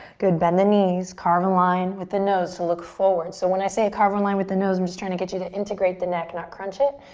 good, bend the knees, carve a line with the nose to look forward. so when i say carve a line with the nose i'm just trying to get you to integrate the neck, not crunch it.